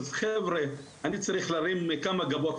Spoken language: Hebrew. חבר'ה אני צריך להרים כמה גבות,